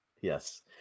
Yes